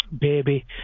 baby